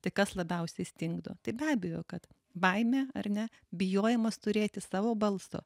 tai kas labiausiai stingdo tai be abejo kad baimė ar ne bijojimas turėti savo balso